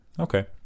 Okay